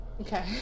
Okay